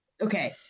okay